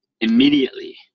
immediately